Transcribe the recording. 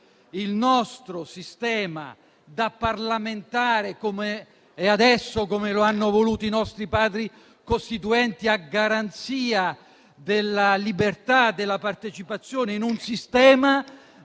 il nostro sistema da parlamentare come è adesso, come lo hanno voluto i nostri Padri costituenti a garanzia della libertà e della partecipazione, in un sistema di